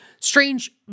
Strange